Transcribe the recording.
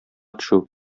төшү